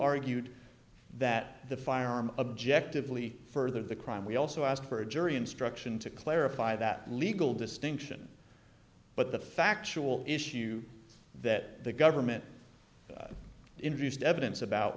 argued that the firearm objective lee further the crime we also asked for a jury instruction to clarify that legal distinction but the factual issue that the government introduced evidence about